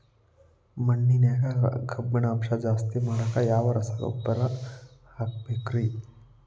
ಮಣ್ಣಿನ್ಯಾಗ ಕಬ್ಬಿಣಾಂಶ ಜಾಸ್ತಿ ಮಾಡಾಕ ಯಾವ ಸರಕಾರಿ ಗೊಬ್ಬರ ಹಾಕಬೇಕು ರಿ?